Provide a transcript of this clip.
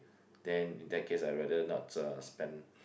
then in that case I rather not uh spend